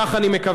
כך, אני מקווה,